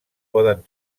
poden